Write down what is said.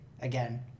again